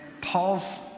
Paul's